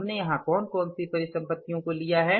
हमने यहाँ कौन कौन सी परिसम्पतिया लिया है